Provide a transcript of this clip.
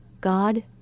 God